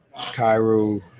Cairo